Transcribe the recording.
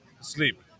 sleep